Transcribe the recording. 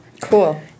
Cool